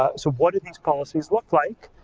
ah so what do these policies look like?